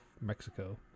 Mexico